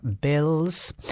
bills